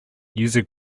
user